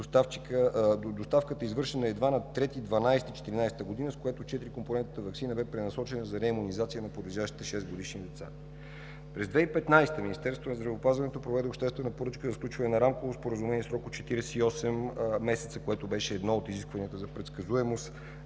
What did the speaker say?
доставка беше извършена едва на 3 декември 2014 г., с което четирикомпонентната ваксина беше пренасочена за реимунизация на подлежащите шестгодишни деца. През 2015 г. Министерството на здравеопазването проведе обществена поръчка за сключване на Рамково споразумение за срок от 48 месеца, което беше едно от изискванията за предсказуемост